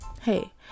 Hey